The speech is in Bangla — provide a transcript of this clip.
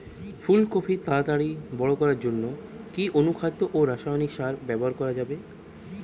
ফুল কপি তাড়াতাড়ি বড় করার জন্য কি অনুখাদ্য ও রাসায়নিক সার ব্যবহার করা যাবে?